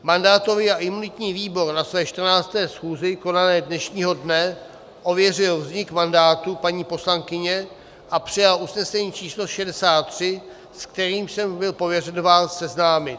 Mandátový a imunitní výbor na své 14. schůzi konané dnešního dne ověřil vznik mandátu paní poslankyně a přijal usnesení č. 63, s kterým jsem byl pověřen vás seznámit.